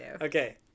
Okay